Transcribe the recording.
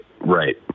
right